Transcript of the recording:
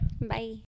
Bye